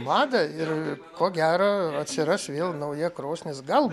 madą ir ko gero atsiras vėl nauja krosnis gal